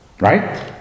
Right